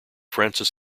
francis